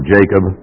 Jacob